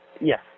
Yes